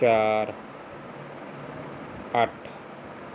ਚਾਰ ਅੱਠ